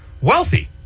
wealthy